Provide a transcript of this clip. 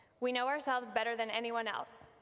we know ourselves better than anyone else,